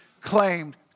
claimed